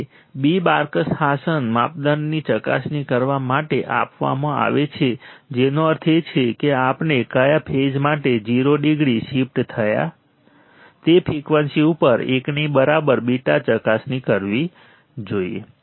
તેથી β બાર્કહાસન માપદંડોની ચકાસણી કરવા માટે આપવામાં આવે છે જેનો અર્થ એ છે કે આપણે કયા ફેઝ માટે 0 ડિગ્રી શિફ્ટ થાય તે ફ્રિકવન્સી ઉપર 1 ની બરાબર β ચકાસણી કરવી જોઈએ